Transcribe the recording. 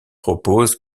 propose